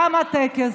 תם הטקס.